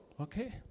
Okay